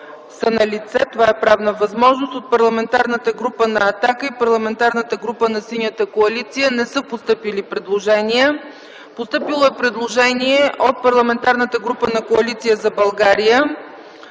са налице, това е правна възможност. От парламентарните групи на Атака и Синята коалиция не са постъпили предложения. Постъпило е предложение от Парламентарната група на Коалиция за България: